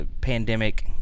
pandemic